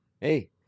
Hey